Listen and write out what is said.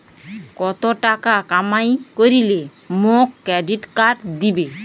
কত টাকা কামাই করিলে মোক ক্রেডিট কার্ড দিবে?